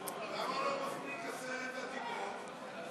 ניסן, למה לא מספיקים עשרת הדיברות?